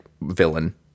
villain